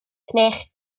cnicht